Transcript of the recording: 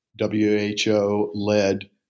WHO-led